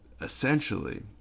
essentially